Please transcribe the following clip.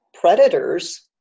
predators